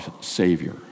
savior